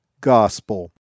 gospel